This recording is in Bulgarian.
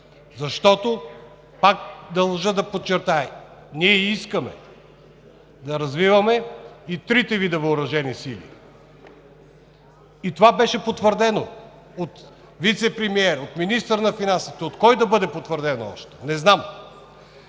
защото пак държа да подчертая, че ние искаме да развиваме и трите вида въоръжени сили. Това беше потвърдено от вицепремиера, от министъра на финансите. От кой да бъде потвърдено още? Не знам.